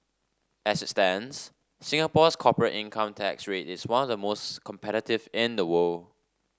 as it stands Singapore's corporate income tax rate is one of the most competitive in the world